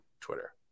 twitter